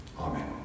Amen